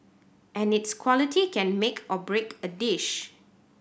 and its quality can make or break a dish